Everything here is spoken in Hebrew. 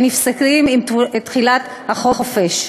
שנפסקים עם תחילת החופש,